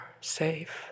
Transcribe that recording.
safe